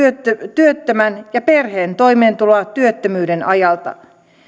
työttömän ja perheen toimeentuloa työttömyyden ajalta